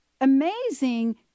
amazing